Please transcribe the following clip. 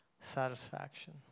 satisfaction